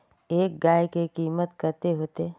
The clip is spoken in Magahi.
एक गाय के कीमत कते होते?